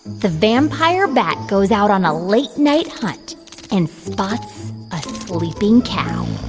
the vampire bat goes out on a late night hunt and spots a sleeping cow